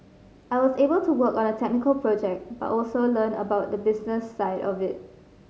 I was able to work on a technical project but also learn about the business side of it